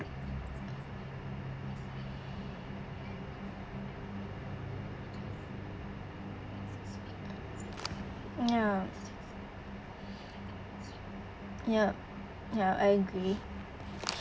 mm ya yup ya I agree